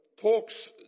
talks